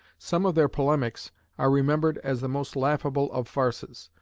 some of their polemics are remembered as the most laughable of farces.